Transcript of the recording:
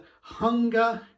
hunger